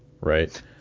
right